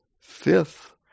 fifth